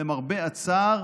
למרבה הצער,